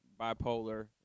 bipolar